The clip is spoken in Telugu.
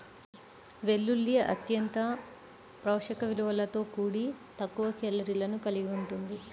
వెల్లుల్లి అత్యంత పోషక విలువలతో కూడి తక్కువ కేలరీలను కలిగి ఉంటుంది